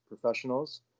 professionals